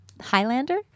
Highlander